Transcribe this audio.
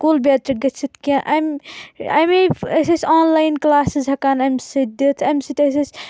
بٮ۪ترِ گژھِتھ کینٛہہ امہِ امے أسۍ ٲسۍ آنلاین کلاسز ہیکان امہِ سۭتۍ دِتھ امہِ سۭتۍ ٲسۍ أسۍ